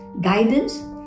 guidance